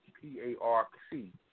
P-A-R-C